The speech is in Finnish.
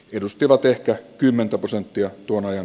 edustivat ehkä kymmentä prosenttia tuon ajan